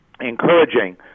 encouraging